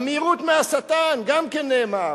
המהירות מהשטן, גם כן נאמר.